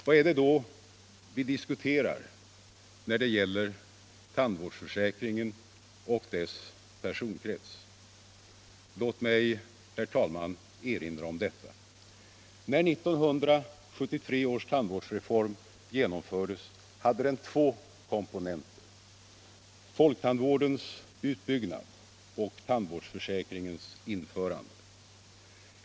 Vad är det då vi diskuterar när det gäller tandvårdsförsäkringen och dess personkrets? Låt mig, herr talman, erinra om detta. När 1973 års tandvårdsreform genomfördes hade den två komponenter. folktandvårdens utbyggnad och tandvårdsförsäkringens införande.